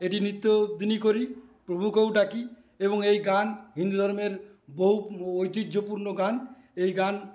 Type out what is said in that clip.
এটি নিত্যদিনই করি প্রভুকেও ডাকি এবং এই গান হিন্দু ধর্মের বহু ঐতিহ্যপূর্ণ গান এই গান